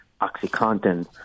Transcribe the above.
OxyContin